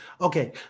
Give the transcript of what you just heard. Okay